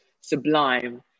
sublime